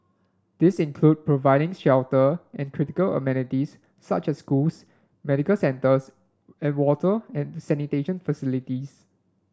this include providing shelter and critical amenities such as schools medical centres and water and sanitation facilities